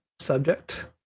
subject